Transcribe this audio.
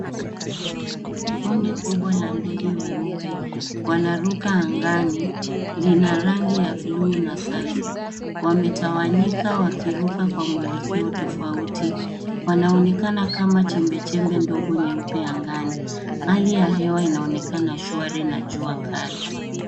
Kundi kubwa la ndege weupe wanaruka angani. Lina rangi ya buluu na safi. Wametawanyika wakiruka kwa mwelekeo tofauti. Wanaonekana kama chembechembe ndogo nyeupe angani. Hali ya hewa inaonekana shwari na jua kali.